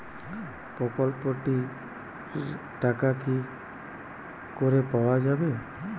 প্রকল্পটি র টাকা কি করে পাওয়া যাবে?